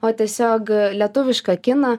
o tiesiog lietuvišką kiną